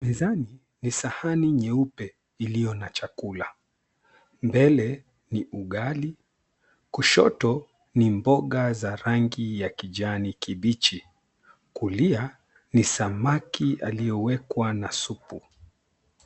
Mezani ni sahani nyeupe iliyo na chakula. Mbele ni ugali kushoto ni mboga za rangi ya kijani kibichi kulia ni samaki aliyewekwa na supu.